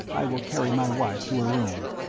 i will carry my wife to her room.